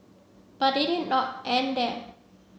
but it did not end there